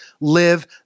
live